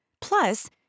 Plus